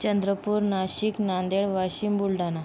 Chandrapur Nashik Nanded Washim Buldhana